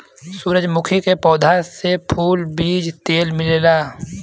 सूरजमुखी के पौधा से फूल, बीज तेल मिलेला